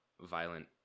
violent